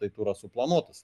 taip yra suplanuotas